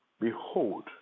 Behold